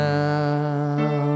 now